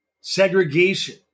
segregation